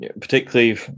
Particularly